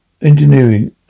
engineering